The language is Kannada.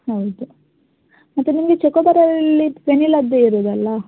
ಹೌದು ಮತ್ತು ನಿಮಗೆ ಚೊಕೋಬಾರಲ್ಲಿ ವೆನಿಲ್ಲಾದ್ದೆ ಇರೋದಲ್ಲ